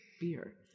beer